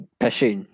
passion